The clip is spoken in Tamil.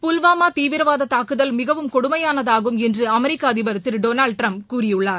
புல்வாமா தீவிரவாத தாக்குதல் மிகவும் கொடுமையானதாகும் என்று அமெரிக்க அதிபர் திரு டொனல்டு ட்ரம்ப் கூறியுள்ளார்